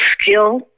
skill